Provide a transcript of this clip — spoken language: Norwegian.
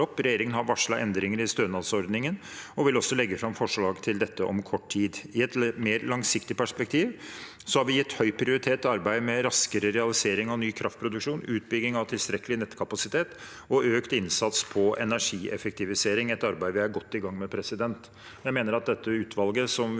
Regjeringen har varslet endringer i stønadsordningen og vil også legge fram forslag til dette om kort tid. I et mer langsiktig perspektiv har vi gitt høy prioritet til arbeidet med raskere realisering av ny kraftproduksjon, utbygging av tilstrekkelig nettkapasitet og økt innsats på energieffektivisering. Det er et arbeid vi er godt i gang med. Jeg mener at dette utvalget, som vi